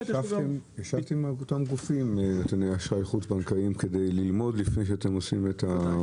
ישבתם עם אותם גופי אשראי חוץ-בנקאיים כדי ללמוד מה יביא